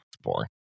boring